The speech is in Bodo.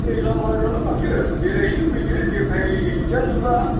दैलांबारियावनो माथो बेरायहैनो फैदो देखायहैजानोब्ला